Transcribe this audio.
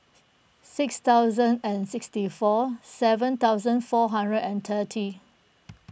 six thousand and sixty four seven thousand four hundred and thirty